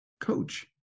coach